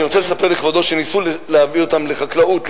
אני רוצה לספר לכבודו שניסו להביא אותם לחקלאות,